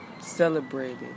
celebrated